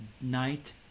night